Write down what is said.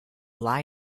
lie